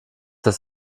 das